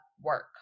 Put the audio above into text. work